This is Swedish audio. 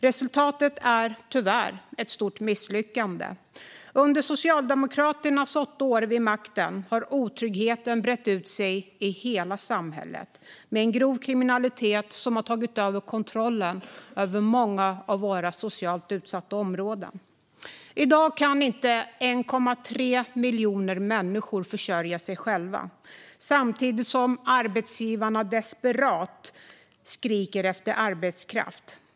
Resultatet är tyvärr ett stort misslyckande. Under Socialdemokraternas åtta år vid makten har otryggheten brett ut sig i hela samhället, med en grov kriminalitet som tagit kontrollen över många av våra socialt utsatta områden. I dag kan 1,3 miljoner människor inte försörja sig själva, samtidigt som arbetsgivarna desperat skriker efter arbetskraft.